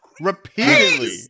repeatedly